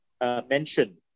mentioned